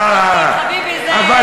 אקדחים, חביבי, אין, מה אני אגיד לך?